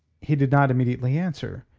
he did not immediately answer.